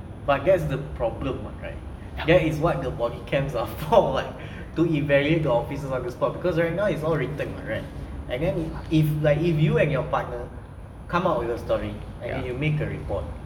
but that's the problem right there is what the cans of top like to eat very the officer to spot because right now it's all written and then if like if you and your partner come up with a story and then you make a report